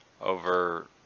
over